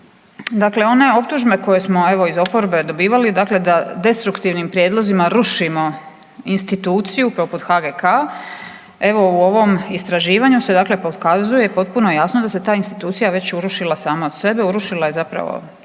Dakle, one optužbe koje smo iz oporbe dobivali da destruktivnim prijedlozima rušimo instituciju poput HGK evo u ovom istraživanju se pokazuje potpuno jasno da se ta institucija već urušila sama od sebe, urušila je zapravo